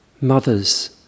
Mothers